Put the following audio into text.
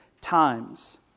times